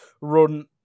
run